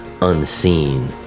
unseen